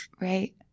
right